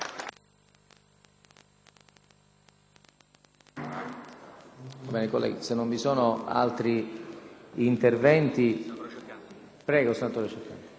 Grazie